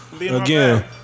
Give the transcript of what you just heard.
again